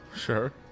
Sure